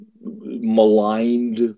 maligned